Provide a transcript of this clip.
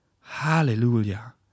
Hallelujah